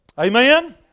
Amen